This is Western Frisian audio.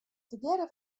tegearre